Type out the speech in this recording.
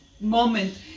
moment